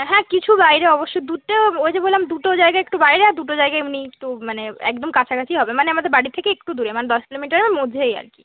হ্যাঁ কিছু বাইরে অবশ্যই দুটো ওই যে বললাম দুটো জায়গা একটু বাইরে আর দুটো জায়গা এমনি একটু মানে একদম কাছাকাছিই হবে মানে আমাদের বাড়ির থেকে একটু দূরে মানে দশ কিলোমিটারের মধ্যেই আর কি